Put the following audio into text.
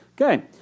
okay